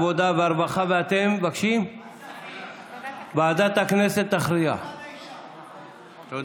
העבודה (העלאת שכר מינימום) בקריאה ראשונה הצביעו 51 חברי כנסת,